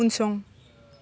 उनसं